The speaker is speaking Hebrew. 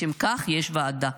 לשם כך יש ועדה.